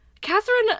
Catherine